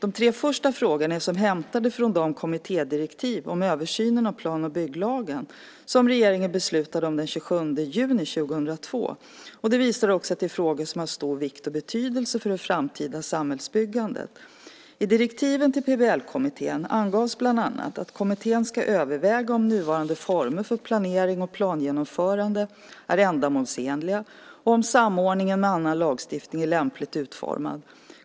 De tre första frågorna är som hämtade från de kommittédirektiv om översyn av plan och bygglagen som regeringen beslutade om den 27 juni 2002. Det visar också att det är frågor som är av stor vikt och betydelse för det framtida samhällsbyggandet. I direktiven till PBL-kommittén anges bland annat att kommittén ska överväga om nuvarande former för planering och plangenomförande är ändamålsenliga och om samordningen med annan lagstiftning är lämpligt utformad.